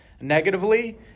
Negatively